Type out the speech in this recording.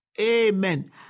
Amen